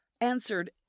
answered